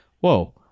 Whoa